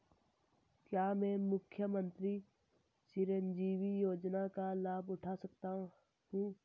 क्या मैं मुख्यमंत्री चिरंजीवी योजना का लाभ उठा सकता हूं?